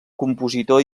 compositor